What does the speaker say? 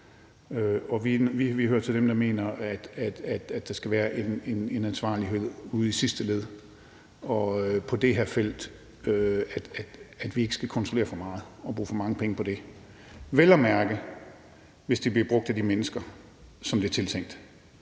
Vi hører til dem, der mener, at der skal være en ansvarlighed ude i sidste led, og at vi på det her felt ikke skal kontrollere for meget og bruge for mange penge på det – vel at mærke hvis det bliver brugt af de mennesker, som det er tiltænkt,